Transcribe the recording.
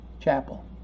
Chapel